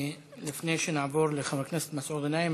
לפני שנעבור לחבר הכנסת מסעוד גנאים,